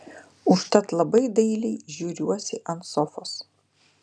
užtat labai dailiai žiūriuosi ant sofos